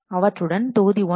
அவற்றுடன் தொகுதி 1